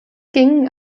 gingen